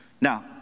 Now